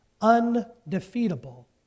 undefeatable